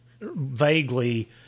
vaguely